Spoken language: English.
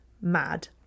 mad